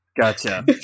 Gotcha